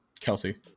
Kelsey